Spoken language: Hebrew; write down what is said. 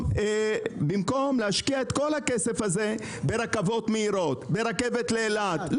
במקום להשקיע את כל הכסף הזה ברכבות מהירות וברכבת לאילת.